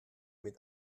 mit